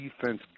defense